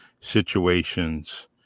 situations